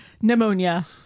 pneumonia